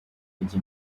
kujya